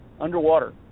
underwater